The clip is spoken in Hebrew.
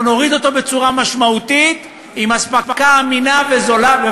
אנחנו נוריד אותו בצורה משמעותית עם אספקה אמינה וזולה.